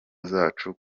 zacu